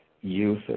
youth